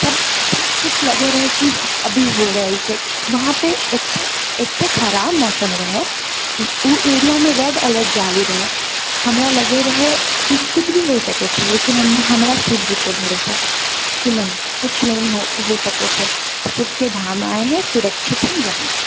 सब सबकिछु लगै रहै कि अभी हो रहल छै वहांपर एते एते खराब मौसम रहै उ एरियामे रेड अलर्ट जारी रहै हमरा लगै रहै कि कुछ भी हो सकै छै लेकिन हम हमरा शिव जीपर भरोसा रहै कि नहि कुछ नहि हो सकै छै शिवके धाम आए हैं सुरक्षित ही जाएंगे